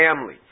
family